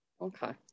Okay